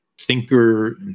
thinker